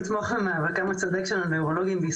אני אליס ענן, מייסדת ומנהלת